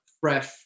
fresh